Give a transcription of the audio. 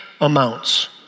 amounts